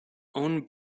own